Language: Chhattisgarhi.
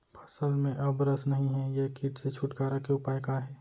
फसल में अब रस नही हे ये किट से छुटकारा के उपाय का हे?